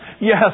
yes